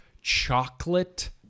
chocolate